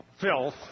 filth